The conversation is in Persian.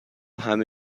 همه